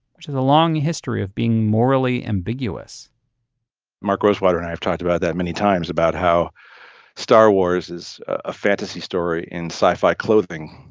which has a long history of being morally ambiguous mark rosewater and i have talked about that many times about how star wars is a fantasy story in sci-fi clothing,